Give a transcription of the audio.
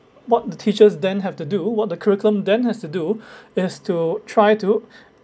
what the teachers then have to do what the curriculum then has to do is to try to